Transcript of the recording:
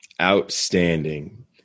Outstanding